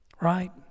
Right